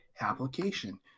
application